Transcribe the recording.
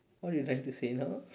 what you trying to say now